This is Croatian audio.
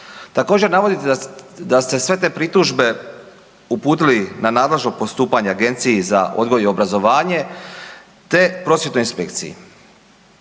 Također navodite da ste sve te pritužbe uputili na nadležno postupanje Agenciji za odgoj i obrazovanje te prosvjetnoj inspekciji.